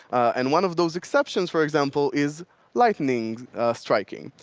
and one of those exceptions for example is lightning striking.